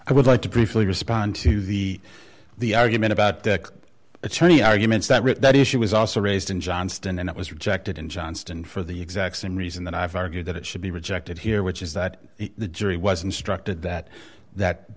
i would like to briefly respond to the the argument about the attorney arguments that writ that issue was also raised in johnston and it was rejected in johnston for the exact same reason that i've argued that it should be rejected here which is that the jury was instructed that that